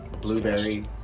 Blueberry